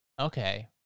Okay